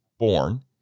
born